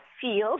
feel